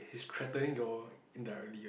he's threatening you all indirectly ah